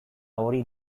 hori